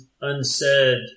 unsaid